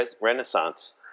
renaissance